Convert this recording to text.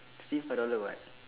see five dollar [what]